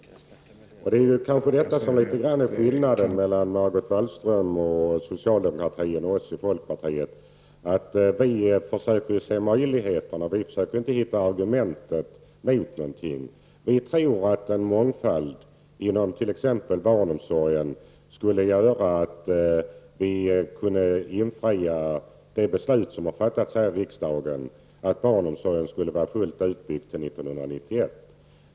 Detta är kanske litet grand av skillnaden mellan Margot Wallström, socialdemokraterna och oss i folkpartiet. Vi försöker se möjligheterna, och vi försöker inte hitta argument mot någonting. Vi tror att en mångfald inom exempelvis barnomsorgen skulle medföra att vi kunde infria det beslut som har fattats här i riksdagen om att barnomsorgen skulle vara fullt utbyggd till 1991.